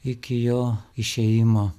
iki jo išėjimo